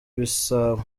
ibisabo